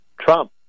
Trump